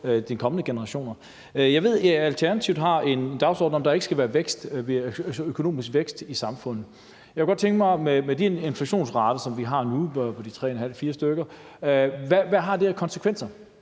de kommende generationer. Jeg ved, at Alternativet har en dagsorden om, at der ikke skal være økonomisk vækst i samfundet. Jeg kunne godt tænke mig – med de inflationsrater, som vi har nu, på de 3½-4 stykker – at høre, hvad det har af konsekvenser.